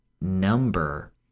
number